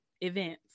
events